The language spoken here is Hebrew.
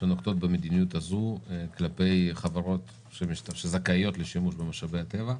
שנוקטות במדיניות הזו כלפי חברות שזכאיות לשימוש במשאבי הטבע?